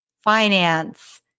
finance